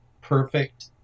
perfect